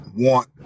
Want